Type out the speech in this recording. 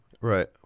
right